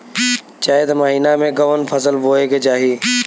चैत महीना में कवन फशल बोए के चाही?